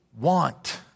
want